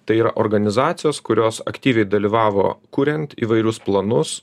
tai yra organizacijos kurios aktyviai dalyvavo kuriant įvairius planus